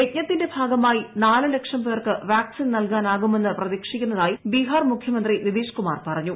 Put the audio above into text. യജ്ഞത്തിന്റെ ഭാഗമായി നാല് ലക്ഷം പേർക്ക് വാക്സിൻ നൽകാനാകുമെന്ന് പ്രതീക്ഷിക്കുന്നതായി ബിഹാർ മുഖ്യമന്ത്രി നിതീഷ് കുമാർ പറഞ്ഞു